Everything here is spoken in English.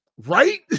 Right